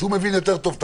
שמבין את החוק יותר טוב.